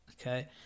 Okay